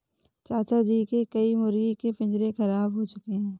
चाचा जी के कई मुर्गी के पिंजरे खराब हो चुके हैं